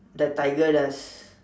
the tiger does